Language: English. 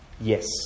yes